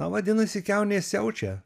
na vadinasi kiaunės siaučia